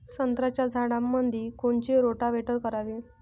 संत्र्याच्या झाडामंदी कोनचे रोटावेटर करावे?